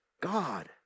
god